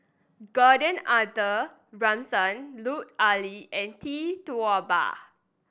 Gordon Arthur Ransome Lut Ali and Tee Tua Ba